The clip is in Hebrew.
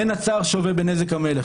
אין הצר שווה בנזק המלך,